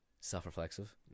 self-reflexive